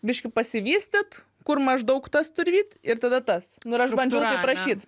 biškį pasivystyt kur maždaug tas turi vykt ir tada tas nu ir aš bandžiau taip rašyt